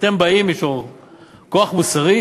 אתם באים מאיזה כוח מוסרי?